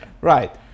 Right